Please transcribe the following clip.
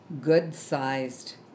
good-sized